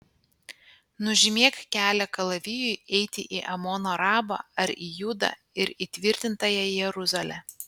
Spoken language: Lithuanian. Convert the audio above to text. nužymėk kelią kalavijui eiti į amono rabą ar į judą ir įtvirtintąją jeruzalę